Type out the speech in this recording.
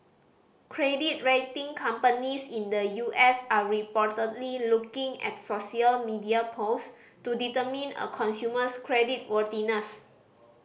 credit rating companies in the U S are reportedly looking at social media post to determine a consumer's credit worthiness